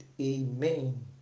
amen